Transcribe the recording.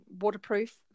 waterproof